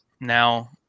now